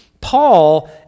Paul